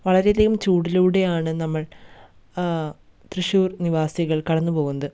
വളരെയധികം ചൂടിലൂടെയാണ് നമ്മൾ തൃശ്ശൂർ നിവാസികൾ കടന്ന് പോകുന്നത്